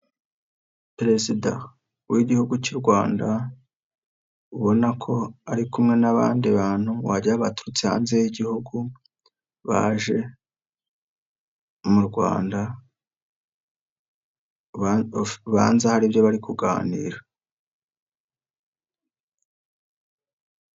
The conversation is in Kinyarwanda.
Perezida w'igihugu cy'u Rwanda ubona ko ari kumwe n'abandi bantu wajya baturutse hanze y'igihugu baje mu Rwanda banza haribyo bari kuganira.